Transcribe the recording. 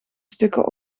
stukken